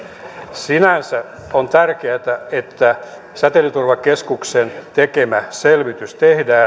sinänsä on tärkeätä että säteilyturvakeskuksen tekemä